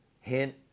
Hint